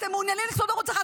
אתם מעוניינים לצפות בערוץ 11?